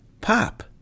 Pop